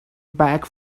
back